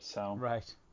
Right